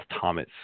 Thomas